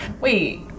Wait